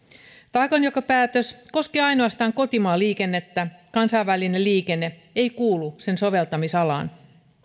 taakanjakopäätös koskee ainoastaan kotimaan liikennettä kansainvälinen liikenne ei kuulu sen soveltamisalaan